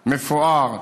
מפואר,